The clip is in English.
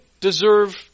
deserve